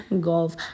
golf